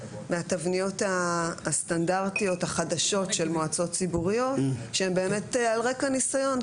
מהתבניות הסטנדרטיות החדשות של מועצות ציבוריות שהן באמת על רקע ניסיון,